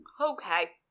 Okay